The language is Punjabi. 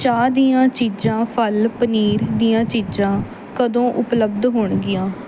ਚਾਹ ਦੀਆਂ ਚੀਜ਼ਾਂ ਫਲ ਪਨੀਰ ਦੀਆਂ ਚੀਜ਼ਾਂ ਕਦੋਂ ਉਪਲਬਧ ਹੋਣਗੀਆਂ